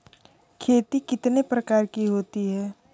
खेती कितने प्रकार की होती है?